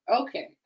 Okay